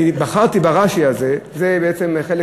אני בחרתי ברש"י הזה כי זה בעצם חלק